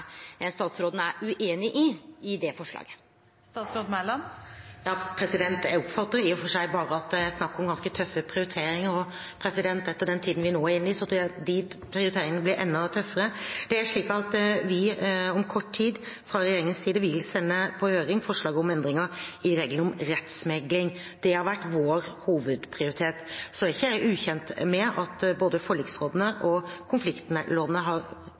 statsråden kan forklare kva det er ho er ueinig i i det forslaget. Jeg oppfatter i og for seg bare at det er snakk om ganske tøffe prioriteringer, og etter den tiden vi nå er inne i, tror jeg prioriteringene blir enda tøffere. Det er slik at vi fra regjeringens side om kort tid vil sende på høring forslag om endringer i reglene om rettsmekling. Det har vært vår hovedprioritet. Så er jeg ikke ukjent med at både forliksrådene og konfliktrådene har